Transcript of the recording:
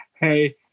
hey